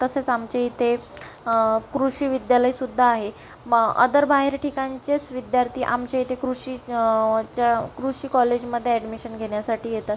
तसेच आमच्याइथे कृषी विद्यालयसुद्धा आहे म अदर बाहेर ठिकाणचेच विद्यार्थी आमच्याइथे कृषी च्या कृषी कॉलेजमध्ये ॲडमिशन घेण्यासाठी येतात